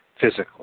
physically